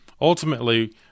Ultimately